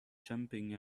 jumping